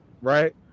right